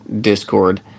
Discord